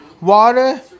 water